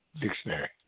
Dictionary